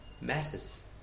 matters